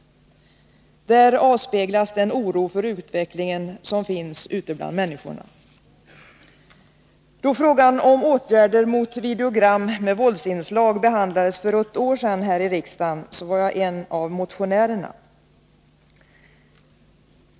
Där avspeglas den oro för utvecklingen som finns ute bland människorna. Då frågan om åtgärder mot videogram med våldsinslag behandlades för ett år sedan här i riksdagen, var jag en av motionärerna.